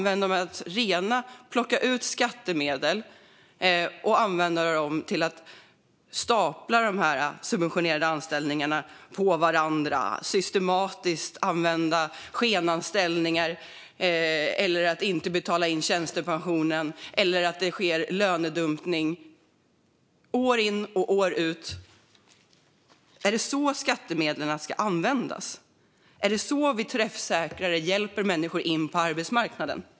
De plockar ut skattemedel och använder dem till att stapla de subventionerade anställningarna på varandra och systematiskt använda skenanställningar, inte betala in tjänstepension eller lönedumpning - år in och år ut. Är det så skattemedlen ska användas? Är det så vi på ett mer träffsäkert sätt hjälper människor in på arbetsmarknaden?